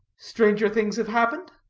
stranger things have happened.